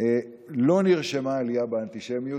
לא נרשמה עלייה באנטישמיות,